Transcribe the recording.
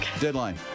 Deadline